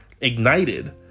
ignited